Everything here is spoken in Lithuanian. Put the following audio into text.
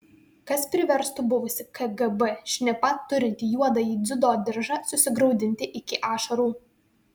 kas priverstų buvusį kgb šnipą turintį juodąjį dziudo diržą susigraudinti iki ašarų